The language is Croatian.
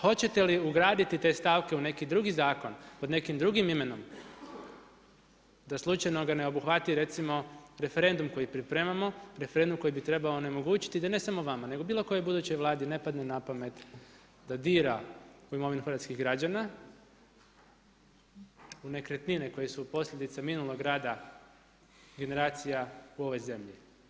Hoćete li ugraditi te stavke u neki drugi zakon, pod nekim drugim imenom, da slučajno ga ne obuhvati, recimo referendum koji pripremamo, referendum koji bi trebao onemogućiti, da ne samo vama, nego bilo kojoj budućoj Vladi ne padne napamet, da dira imovinu hrvatskih građana u nekretnine koje su posljedice minulog rada generacija u ovoj zemlji.